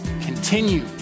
Continue